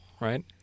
Right